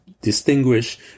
distinguish